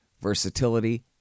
versatility